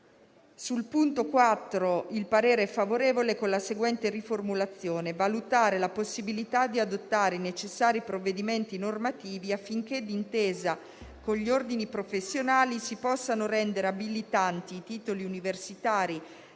n. 4 il parere è favorevole con la seguente riformulazione: «a valutare la possibilità di adottare i necessari provvedimenti normativi affinché, d'intesa con gli ordini professionali, si possano rendere abilitanti i titoli universitari